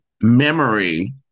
memory